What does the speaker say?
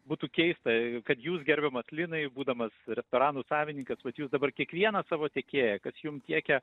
būtų keista kad jūs gerbiamas linai būdamas restoranų savininkas vat jūs dabar kiekvieną savo tiekėją kas jum tiekia